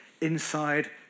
Inside